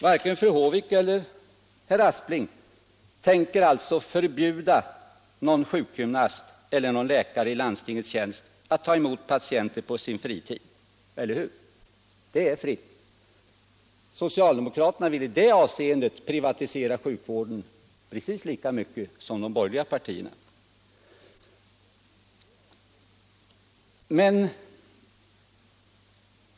Varken fru Håvik eller herr Aspling tänker alltså förbjuda någon sjukgymnast eller läkare i landstingets tjänst att ta emot patienter på sin fritid. Eller hur? Den möjligheten står dem fritt. Socialdemokraterna vill i det avseendet privatisera sjukvården precis lika mycket som de borgerliga partierna.